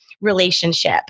relationship